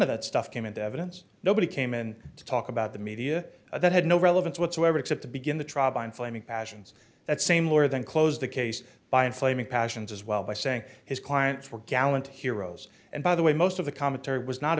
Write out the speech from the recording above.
of that stuff came into evidence nobody came in to talk about the media that had no relevance whatsoever except to begin the trial by inflaming passions that same lawyer then closed the case by inflaming passions as well by saying his clients were gallant heroes and by the way most of the commentary was not